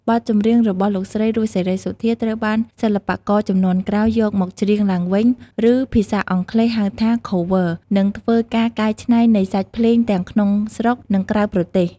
បទចម្រៀងរបស់លោកស្រី រស់ សេរីសុទ្ធា ត្រូវបាន សិល្បករជំនាន់ក្រោយយកមកច្រៀងឡើងវិញ ឬភាសាអង់គ្លេស ហៅថា Cover និងធ្វើ ការកែច្នៃនៃសាច់ភ្លេង ទាំងក្នុងស្រុក និងក្រៅប្រទេស។